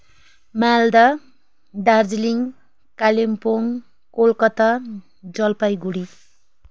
Assam Bihar Goa Manipur West Bengal